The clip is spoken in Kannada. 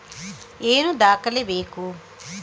ಏನು ದಾಖಲೆ ಬೇಕು?